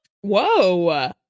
Whoa